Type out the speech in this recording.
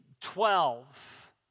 Twelve